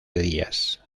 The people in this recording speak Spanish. días